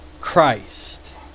Christ